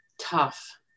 tough